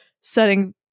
setting